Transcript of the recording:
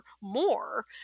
more